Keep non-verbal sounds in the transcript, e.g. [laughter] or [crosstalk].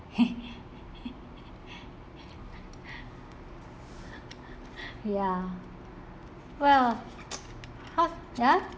[laughs] ya well [noise] h~ ya